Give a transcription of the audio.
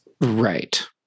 right